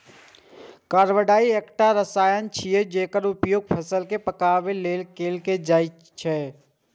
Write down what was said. carbide एकटा रसायन छियै, जेकर उपयोग फल कें पकाबै लेल कैल जाइ छै